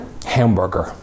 Hamburger